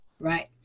Right